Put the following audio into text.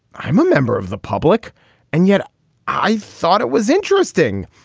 i'm a member of the public and yet i thought it was interesting.